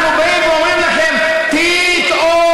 אנחנו באים ואומרים לכם: תתעוררו.